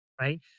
Right